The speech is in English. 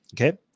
okay